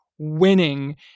winning